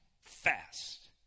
fast